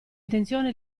intenzione